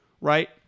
right